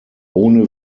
ohne